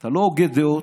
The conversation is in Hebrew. אתה לא הוגה דעות,